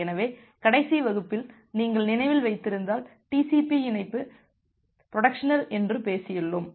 எனவே கடைசி வகுப்பில் நீங்கள் நினைவில் வைத்திருந்தால் TCP இணைப்பு பைடைரக்சனல் என்று பேசியுள்ளோம்